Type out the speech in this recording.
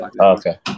Okay